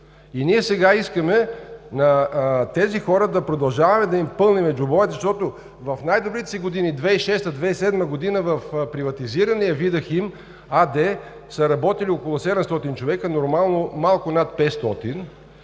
ние искаме на тези хора да продължаваме да им пълним джобовете, защото в най-добрите си години – 2006 г. и 2007 г., в приватизирания „Видахим“ АД са работили около 700 човека, нормално малко над 500.